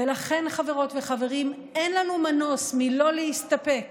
ולכן, חברות וחברים, אין לנו מנוס מלא להסתפק